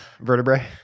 vertebrae